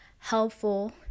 helpful